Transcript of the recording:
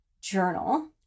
journal